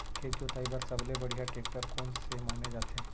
खेत जोताई बर सबले बढ़िया टेकटर कोन से माने जाथे?